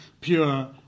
pure